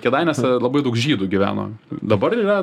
kėdainiuose labai daug žydų gyveno dabar yra